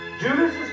Judas